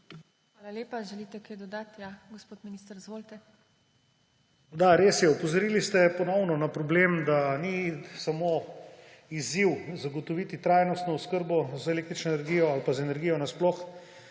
Hvala lepa. Želite kaj dodati? Ja, gospod minister, izvolite. **MAG. ANDREJ VIZJAK:** Da, res je. Opozorili ste ponovno na problem, da ni samo izziv zagotoviti trajnostno oskrbo z električno energijo ali pa z energijo nasploh,